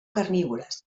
carnívores